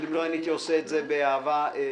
כי אם לא הייתי עושה את זה באהבה גדולה,